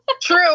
true